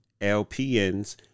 LPNs